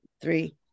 Three